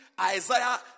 Isaiah